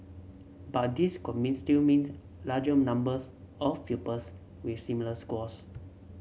but these could mean still meant larger numbers of pupils with similar scores